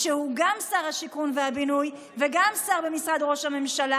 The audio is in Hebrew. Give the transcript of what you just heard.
שהוא גם שר השיכון והבינוי וגם שר במשרד ראש הממשלה.